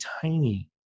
tiny